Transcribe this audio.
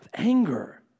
anger